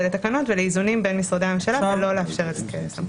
לתקנות ולאיזונים בין משרדי הממשלה ולא לאפשר את זה כסמכות.